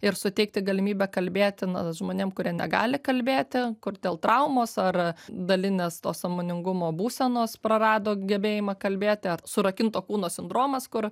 ir suteikti galimybę kalbėti na žmonėm kurie negali kalbėti kur dėl traumos ar dalinės to sąmoningumo būsenos prarado gebėjimą kalbėti surakinto kūno sindromas kur